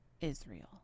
Israel